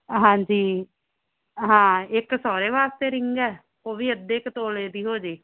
ਹਾਂਜੀ ਹਾਂ ਇੱਕ ਸਹੁਰੇ ਵਾਸਤੇ ਰਿੰਗ ਹੈ ਉਹ ਵੀ ਅੱਧੇ ਕੁ ਤੋਲੇ ਦੀ ਹੋ ਜੇ